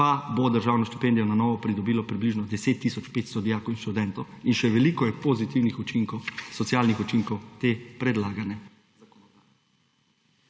pa bo državno štipendijo na novo pridobilo približno 10 tisoč 500 dijakov in študentov. In še veliko je pozitivnih učinkov, socialnih učinkov te predlagane